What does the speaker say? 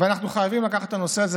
אנחנו חייבים לקחת את הנושא הזה,